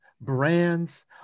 brands